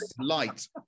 Light